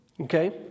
Okay